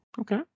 Okay